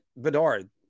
Bedard